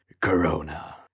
Corona